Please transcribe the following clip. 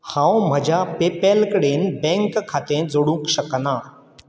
हांव म्हज्या पेपॅल कडेन बँक खातें जोडूक शकना